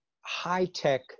high-tech